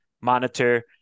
monitor